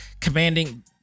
commanding